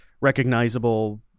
recognizable